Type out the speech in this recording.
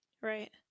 Right